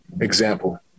example